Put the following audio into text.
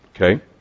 Okay